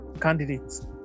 candidates